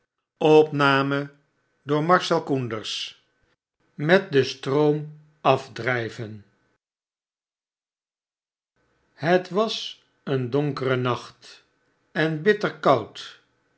met den stroom afdrijven het was een donkere nacht en bitter koud